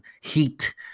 heat